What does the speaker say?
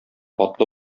атлы